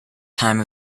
time